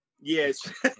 yes